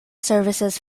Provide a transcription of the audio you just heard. services